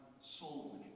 soul